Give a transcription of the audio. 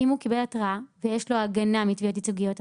אם הוא קיבל התראה ויש לו הגנה מתביעות ייצוגיות,